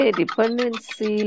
dependency